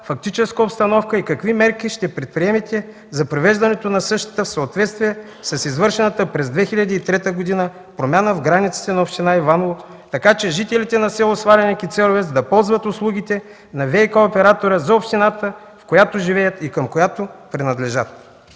фактическа обстановка и какви мерки ще предприемете за привеждането на същата в съответствие с извършената през 2003 г. промяна в границите на община Иваново, така че жителите на селата Сваленик и Церовец да ползват услугите на ВиК-оператора за общината, в която живеят и към която принадлежат?